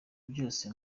byose